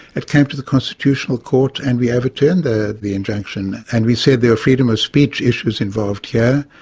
it came to the constitutional court and we overturned the the injunction, and we said there are freedom of speech issues involved here,